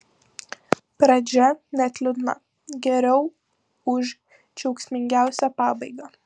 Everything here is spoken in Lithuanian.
pradžia net liūdna geriau už džiaugsmingiausią pabaigą